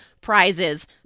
prizes